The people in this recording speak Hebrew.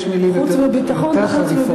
חוץ וביטחון, חוץ וביזיון.